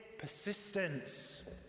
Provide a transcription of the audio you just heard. persistence